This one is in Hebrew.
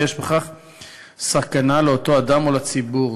ויש בכך סכנה לאותו אדם או לציבור.